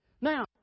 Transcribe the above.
Now